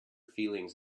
feelings